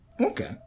Okay